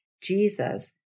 Jesus